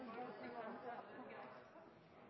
Då vil eg også leggje til at det